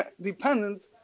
dependent